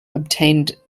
obtained